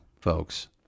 folks